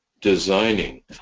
designing